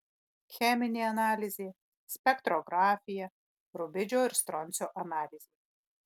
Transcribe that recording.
cheminė analizė spektrografija rubidžio ir stroncio analizė